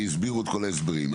והסבירו את כל ההסברים.